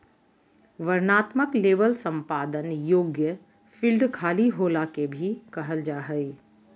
वर्णनात्मक लेबल संपादन योग्य फ़ील्ड खाली होला के भी कहल जा हइ